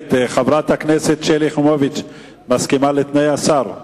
חברת הכנסת שלי יחימוביץ, מסכימה לתנאי השר?